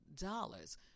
dollars